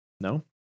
No